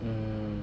um